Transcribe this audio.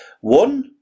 One